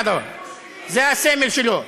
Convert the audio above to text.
זה הסמל שלו.